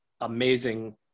amazing